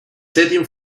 setting